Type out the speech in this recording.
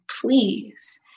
please